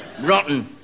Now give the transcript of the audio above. Rotten